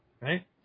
right